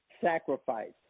sacrifice